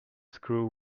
screw